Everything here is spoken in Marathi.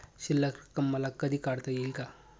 शिल्लक रक्कम मला कधी काढता येईल का?